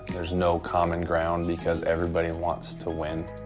there's no common ground because everybody wants to win.